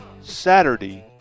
saturday